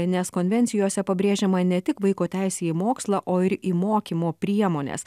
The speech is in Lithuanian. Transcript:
nes konvencijose pabrėžiama ne tik vaiko teisė į mokslą o ir į mokymo priemones